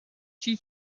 chi